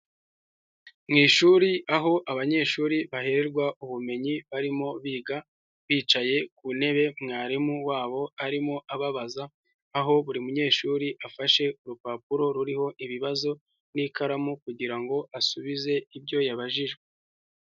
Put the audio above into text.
Mu ishuri aho abanyeshuri baherwa ubumenyi, barimo biga bicaye ku ntebe, mwarimu wabo arimo ababaza, aho buri munyeshuri afashe urupapuro ruriho ibibazo n'ikaramu, kugira ngo asubize ibyo yabajijwe.